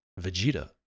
Vegeta